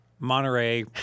Monterey